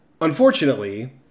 Unfortunately